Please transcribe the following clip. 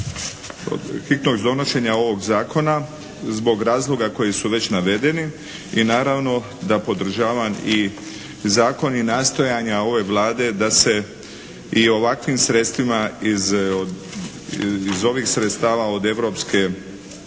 hitnost donošenja ovog Zakona zbog razloga koji su već navedeni i naravno da podržavam i Zakon i nastojanja ove Vlade da se i ovakvim sredstvima iz ovih sredstava od Europske